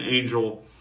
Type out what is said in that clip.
angel